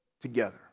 together